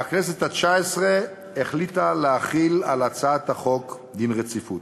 והכנסת התשע-עשרה החליטה להחיל על הצעת החוק דין רציפות.